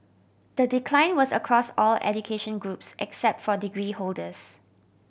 the decline was across all education groups except for degree holders